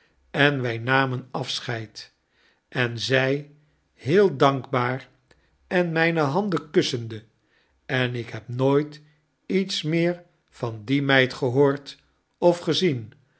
en wy namen afscheid zij heel dankbaar enmyne handen kussende en ik hebnooitiets meer van die meid gehoord of gezien